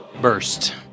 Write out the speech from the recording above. Burst